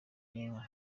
n’inka